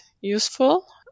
useful